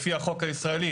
לפי החוק הישראלי,